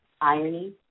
irony